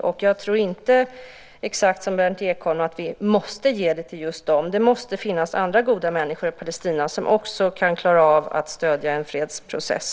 Och jag tror inte, som Berndt Ekholm, att vi måste ge pengarna till just den. Det måste finnas andra goda människor i Palestina som också kan klara av att stödja en fredsprocess.